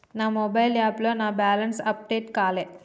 నా మొబైల్ యాప్లో నా బ్యాలెన్స్ అప్డేట్ కాలే